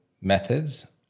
methods